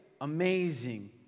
Amazing